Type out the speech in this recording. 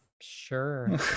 Sure